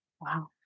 wow